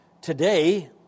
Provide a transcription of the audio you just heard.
today